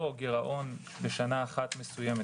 או שהגירעון בשנה מסוימת,